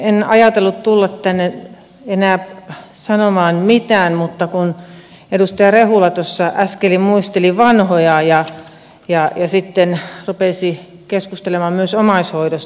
en ajatellut tulla tänne enää sanomaan mitään mutta tulin kun edustaja rehula tuossa äsken muisteli vanhoja ja sitten rupesi keskustelemaan myös omaishoidosta